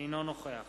אינו נוכח